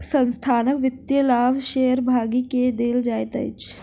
संस्थानक वित्तीय लाभ शेयर भागी के देल जाइत अछि